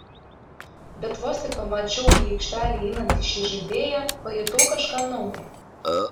bet vos tik pamačiau į aikštelę įeinantį šį žaidėją pajutau kažką nauja